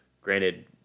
Granted